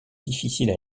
difficiles